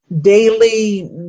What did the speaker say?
daily